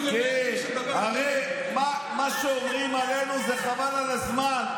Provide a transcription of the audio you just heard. מה שאומרים עלינו זה חבל על הזמן.